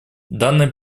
данный